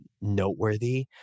Noteworthy